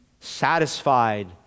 satisfied